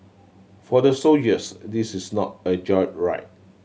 for the soldiers this is not a joyride